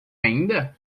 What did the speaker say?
ainda